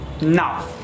Now